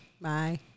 Bye